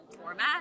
format